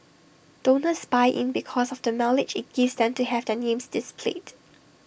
donors buy in because of the mileage IT gives them to have their names displayed